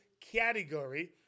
category